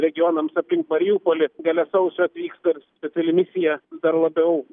regionams aplink mariupolį gale sausio atvyks dar speciali misija dar labiau